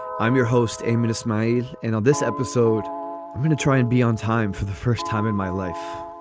i'm your host a minister made and this episode i'm going to try and be on time for the first time in my life